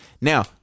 Now